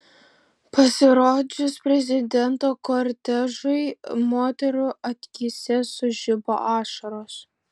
pasirodžius prezidento kortežui moterų akyse sužibo ašaros